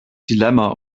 dilemma